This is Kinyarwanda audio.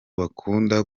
bakunda